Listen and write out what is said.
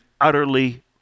utterly